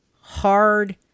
hard